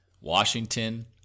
Washington